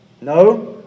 No